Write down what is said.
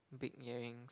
big earrings